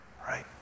right